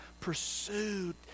pursued